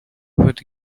would